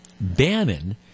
Bannon